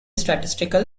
statistical